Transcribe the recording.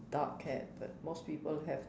dark haired but most people have